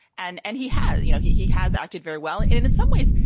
and and he had you know, he he has acted very well in and in some ways.